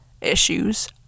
issues